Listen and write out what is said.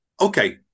Okay